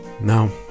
No